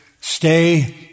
stay